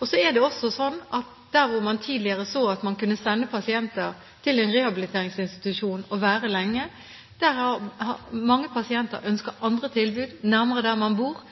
Det er også slik at der hvor man tidligere så at man kunne sende pasienter til en rehabiliteringsinstitusjon og la dem være lenge, har mange pasienter ønske om andre tilbud, nærmere der man bor,